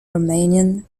romanian